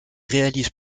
réalise